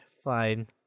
Fine